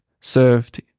served